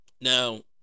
Now